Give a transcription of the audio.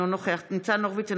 אינו נוכח ניצן הורוביץ,